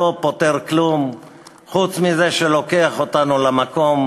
שלא פותר כלום חוץ מזה שלוקח אותנו למקום